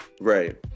Right